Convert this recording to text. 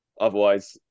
Otherwise